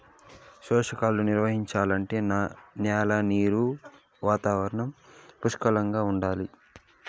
పోషకాలు నిర్వహించాలంటే న్యాల నీరు వాతావరణం పుష్కలంగా ఉండాలి